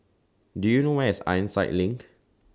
Do YOU know Where IS Ironside LINK